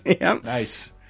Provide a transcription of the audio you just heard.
nice